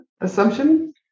assumption